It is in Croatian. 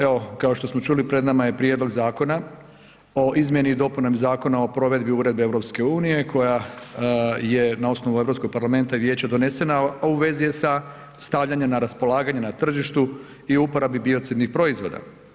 Evo, kao što smo čuli pred nama je Prijedlog zakona o izmjeni i dopuni Zakona o provedbi Uredbe EU koja je na osnovu Europskog parlamenta i vijeća donesena, a u vezi je sa stavljanje na raspolaganje na tržištu i uporabi biocidnih proizvoda.